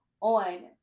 on